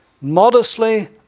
Modestly